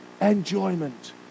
enjoyment